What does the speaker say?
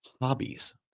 hobbies